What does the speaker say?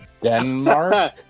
Denmark